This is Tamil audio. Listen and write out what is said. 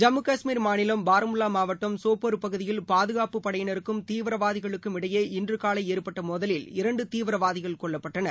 ஜம்மு கஷ்மீர் மாநிலம் பாரமுல்லாமாவட்டம் சோப்போர் பகுதியில் பாதுகாப்பு படையினருக்கும் தீவிரவாதிகளுக்கும் இடையேஇன்றுகாலைஏற்பட்டமோதலில் இரண்டுதீவிரவாதிகள் கொல்லப்பட்டனர்